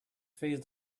phase